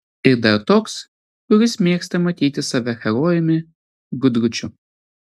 ir dar toks kuris mėgsta matyti save herojumi gudručiu